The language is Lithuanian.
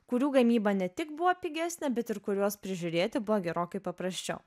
kurių gamyba ne tik buvo pigesnė bet ir kuriuos prižiūrėti buvo gerokai paprasčiau